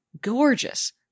Gorgeous